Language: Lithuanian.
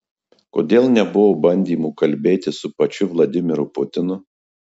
kodėl nebuvo bandymų kalbėti su pačiu vladimiru putinu